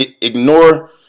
ignore